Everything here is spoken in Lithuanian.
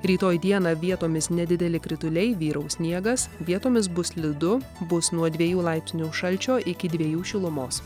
rytoj dieną vietomis nedideli krituliai vyraus sniegas vietomis bus slidu bus nuo dviejų laipsnių šalčio iki dviejų šilumos